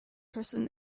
person